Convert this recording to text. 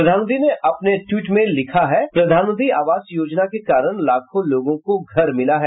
प्रधानमंत्री ने अपने ट्वीट में लिखा प्रधानमंत्री आवास योजना के कारण लाखों लोगों को घर मिला है